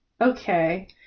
Okay